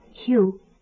Hugh